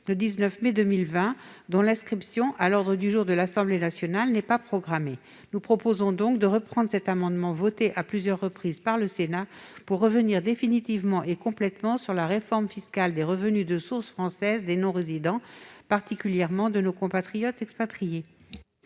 le rapporteur et dont l'inscription à l'ordre du jour de l'Assemblée nationale n'est pas programmée. Nous proposons donc de faire revoter un amendement similaire à ceux qui ont été votés par le Sénat pour revenir définitivement et complètement sur la réforme fiscale des revenus de source française des non-résidents, particulièrement de nos compatriotes expatriés.